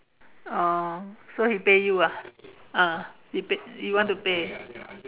oh so he pay you ah ah he pay you want to pay